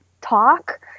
talk